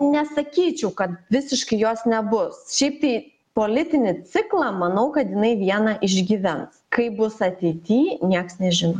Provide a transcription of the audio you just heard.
nesakyčiau kad visiškai jos nebus šiaip tai politinį ciklą manau kad jinai vieną išgyvens kaip bus ateity nieks nežino